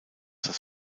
das